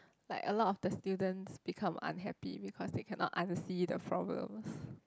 like a lot of the students become unhappy because they cannot unsee the problems